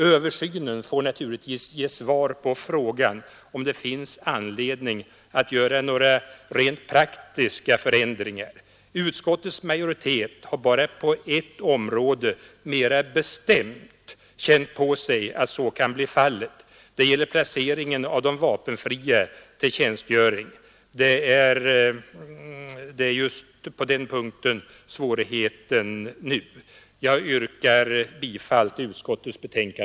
Översynen får naturligtvis ge svar på frågan, om det finns anledning att göra några rent praktiska förändringar. Utskottets majoritet har bara på ett område mera bestämt känt på sig att så kan bli fallet. Det gäller placeringen av de vapenfria tjänstepliktiga till tjänstgöring — det är just på den punkten som det nu föreligger svårigheter. Jag yrkar bifall till utskottets hemställan.